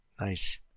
Nice